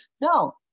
No